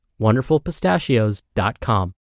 WonderfulPistachios.com